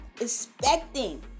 expecting